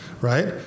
right